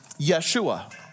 Yeshua